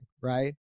right